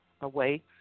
away